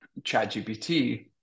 ChatGPT